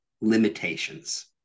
limitations